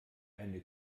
eine